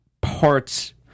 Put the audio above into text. parts